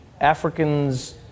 Africans